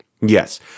Yes